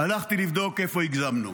הלכתי לבדוק איפה הגזמנו.